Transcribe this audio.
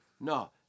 No